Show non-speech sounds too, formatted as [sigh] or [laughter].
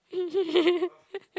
[laughs]